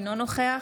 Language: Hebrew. אינו נוכח